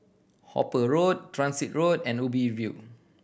Hooper Road Transit Road and Ubi View